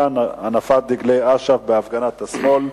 שאל את השר לביטחון פנים ביום י"ז באדר התש"ע (3 במרס